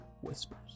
whispers